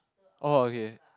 oh okay